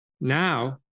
Now